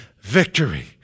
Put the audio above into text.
victory